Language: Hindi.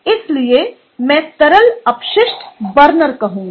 इसलिए मैं तरल अपशिष्ट बर्नर कहूंगा